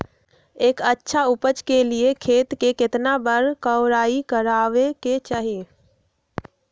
एक अच्छा उपज के लिए खेत के केतना बार कओराई करबआबे के चाहि?